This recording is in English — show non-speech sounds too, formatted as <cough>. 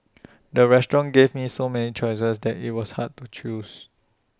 <noise> the restaurant gave me so many choices that IT was hard to choose